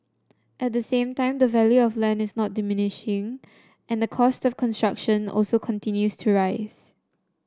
at the same time the value of land is not diminishing and the cost of construction also continues to rise